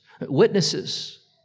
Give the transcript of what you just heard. Witnesses